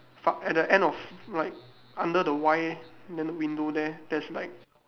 fuck at the end of like under the y then the window there there's like